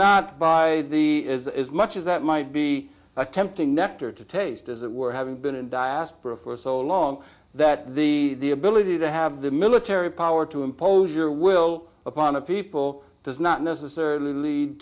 not by me as much as that might be a tempting nectar to taste as it were having been in diaspora for so long that the ability to have the military power to impose your will upon a people does not necessarily lead